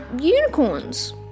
unicorns